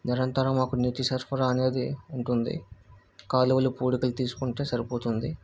నిరంతరం ఒకటి నీటి సరఫరా అనేది ఉంటుంది కాలువలు పూడికలు తీసుకుంటే సరిపోతుంది